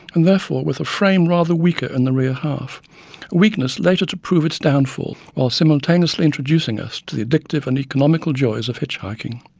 and therefore with a frame rather weaker in the rear half, a weakness later to prove its downfall while simultaneously introducing us to the addictive and economical joys of hitch hiking.